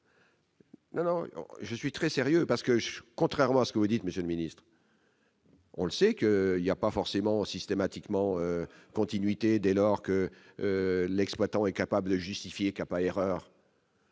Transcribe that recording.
l'écrivant. Je suis très sérieux parce que, contrairement à ce que vous dites, Monsieur le Ministre. On le sait qu'il y a pas forcément systématiquement continuité dès lors que l'exploitant est capable justifier Capa erreur.